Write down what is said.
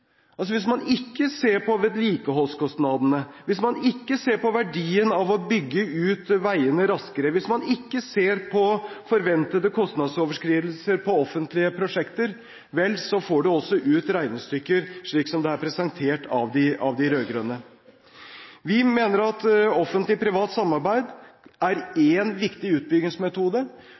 Hvis man ikke ser på vedlikeholdskostnaden, hvis man ikke ser på verdien av å bygge ut veiene raskere, hvis man ikke ser på forventede kostnadsoverskridelser på offentlige prosjekter, får man ut regnestykker slik som det er presentert av de rød-grønne. Vi mener at offentlig–privat samarbeid er én viktig utbyggingsmetode,